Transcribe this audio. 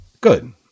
Good